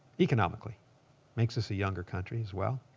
economically makes us a younger country as well.